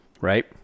right